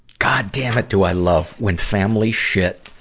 goddamnit, do i love when family shit